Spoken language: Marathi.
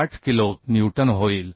8 किलो न्यूटनहोईल